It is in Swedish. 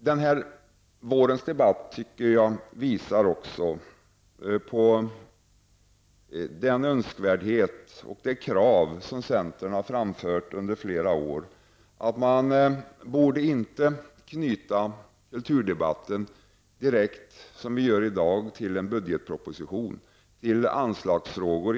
Den här vårens debatt tycker jag också visar det berättigade i de krav som centern under flera år fört fram, dvs. att man inte i så stor utsträckning som i dag sker borde knyta kulturdebatten direkt till en budgetproposition och till anslagsfrågor.